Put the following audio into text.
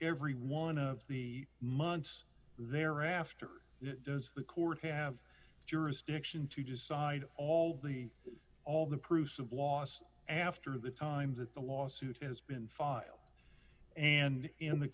every one of the months thereafter does the court have jurisdiction to decide all the all the proofs of loss after the time that the lawsuit has been filed and in the